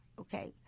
okay